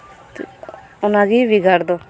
ᱚᱱᱟᱜᱮ ᱵᱷᱮᱜᱟᱨ ᱫᱚ